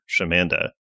Shamanda